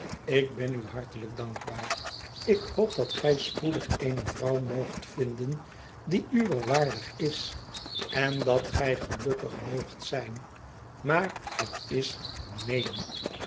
ik ben u hartelijk dankbaar ik hoop dat gij spoedig eene vrouw moogt vinden die uwer waardig is en dat gij gelukkig moogt zijn maar het is neen